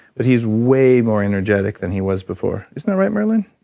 but he's way more energetic than he was before. isn't that right, merlyn?